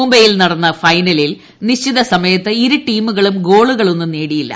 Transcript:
മുംബൈയിൽ നടന്ന ഫൈനലിൽ നിശ്ചിത സമയത്ത് ഇരു ടീമുകളും ഗോളുകളൊന്നും നേടിയില്ല